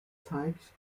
zeigt